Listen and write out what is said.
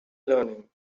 learning